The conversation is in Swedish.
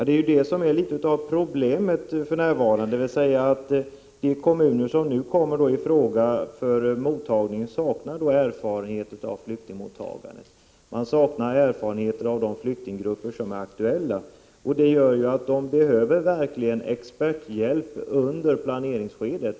Det är ju detta som är en del av problemet för närvarande —att de kommuner som nu kommer i fråga för mottagning saknar erfarenhet av flyktingmottagande och saknar erfarenhet av de flyktinggrupper som är aktuella. Därför behöver de verkligen experthjälp under planeringsskedet.